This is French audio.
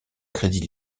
crédit